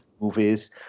movies